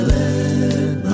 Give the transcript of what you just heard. let